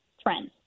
trends